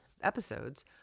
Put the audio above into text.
episodes